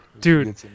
dude